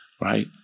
right